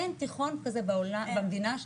אין תיכון כזה במדינה,